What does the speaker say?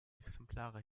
exemplare